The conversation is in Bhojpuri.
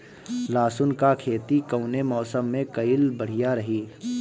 लहसुन क खेती कवने मौसम में कइल बढ़िया रही?